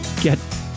get